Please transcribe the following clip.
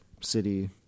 city